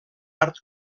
art